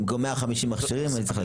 במקום 150 מכשירים אני צריך להגביל,